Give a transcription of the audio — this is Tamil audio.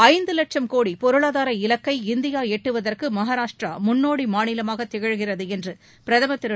ஐந்து லட்சும் கோடி பொருளாதார இலக்கை இந்தியா எட்டுவதற்கு மகாராஷ்ட்டிரா முன்னோடி மாநிலமாக திகழ்கிறது என்று பிரதமர் திரு